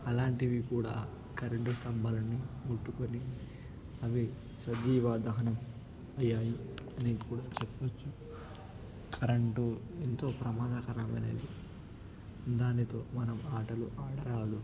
అలాంటివి కూడా కరెంటు స్తంభాలను ముట్టుకొని అవి సజీవ దహనం అయ్యాయి అని కూడా చెప్పచ్చు కరెంటు ఎంతో ప్రమాదకరమైనది దానితో మనం ఆటలు ఆడరాదు